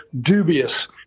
dubious